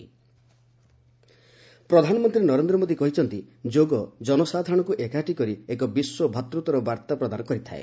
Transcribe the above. PM ଯୋଗ ପ୍ରଧାନମନ୍ତ୍ରୀ ନରେନ୍ଦ୍ର ମୋଦି କହିଛନ୍ତି ଯୋଗ ଜନସାଧାରଣଙ୍କ ଏକାଠି କରି ଏକ ବିଶ୍ୱ ଭ୍ରାତୃତ୍ୱର ବାର୍ତ୍ତା ପ୍ରଦାନ କରିଥାଏ